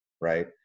right